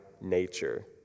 nature